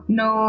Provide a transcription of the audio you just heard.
no